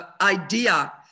idea